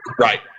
Right